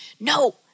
No